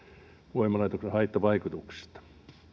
voimalaitoksen haittavaikutuksista